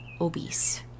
obese